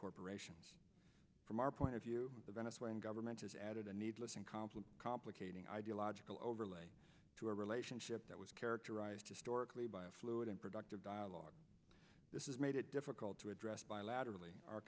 corporations from our point of view the venezuelan government has added a needless and conflict complicate ideological overlay to a relationship that was characterized historically by a fluid and productive dialogue this is made it difficult to address bilaterally our